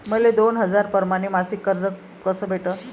मले दोन हजार परमाने मासिक कर्ज कस भेटन?